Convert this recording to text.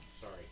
Sorry